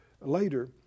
later